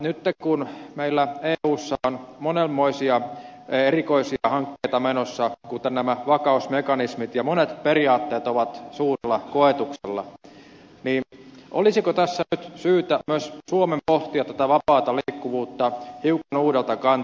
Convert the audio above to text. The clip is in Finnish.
nytten kun meillä eussa on monenmoisia erikoisia hankkeita menossa kuten nämä vakausmekanismit ja monet periaatteet ovat suurella koetuksella niin olisiko tässä nyt syytä myös suomen pohtia tätä vapaata liikkuvuutta hiukan uudelta kantilta